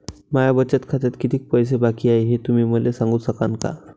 माया बचत खात्यात कितीक पैसे बाकी हाय, हे तुम्ही मले सांगू सकानं का?